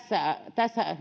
tässä